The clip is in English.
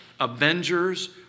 Avengers